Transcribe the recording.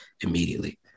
immediately